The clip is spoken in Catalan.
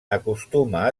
acostuma